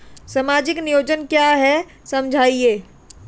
सामाजिक नियोजन क्या है समझाइए?